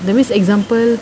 that means example